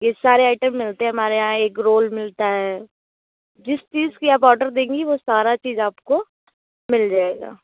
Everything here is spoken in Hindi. ये सारे आइटम मिलते हमारे यहाँ एग रोल मिलता है जिस चीज़ की आप ऑडर देंगी वो सारा चीज आपको मिल जाएगा